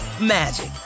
magic